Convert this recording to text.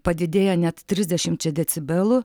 padidėja net trisdešimčia decibelų